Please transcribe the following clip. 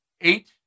eight